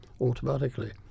automatically